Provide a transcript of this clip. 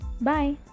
bye